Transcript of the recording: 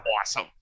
awesome